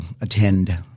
attend